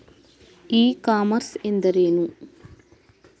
E commerce ಎಂದರೇನು?